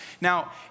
Now